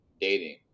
dating